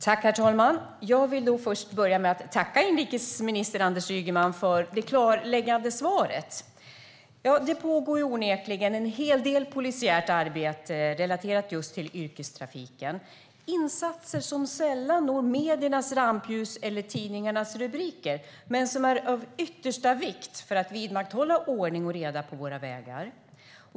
Herr talman! Jag vill börja med att tacka inrikesminister Anders Ygeman för det klarläggande svaret. Ja, det pågår onekligen en hel del polisiärt arbete relaterat till yrkestrafiken - insatser som sällan når mediernas rampljus eller tidningarnas rubriker men som är av yttersta vikt för att vidmakthålla ordning och reda på våra vägar.